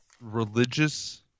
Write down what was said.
religious